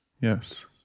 Yes